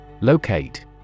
Locate